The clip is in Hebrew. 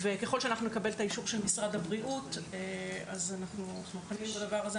וככל שאנחנו נקבל את האישור של משרד הבריאות אז אנחנו --- בדבר הזה,